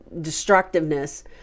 destructiveness